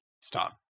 Stop